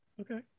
Okay